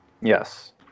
Yes